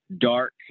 dark